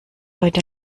heute